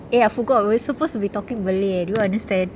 eh I forgot we're supposed to be talking malay do you understand